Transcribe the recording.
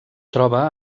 troba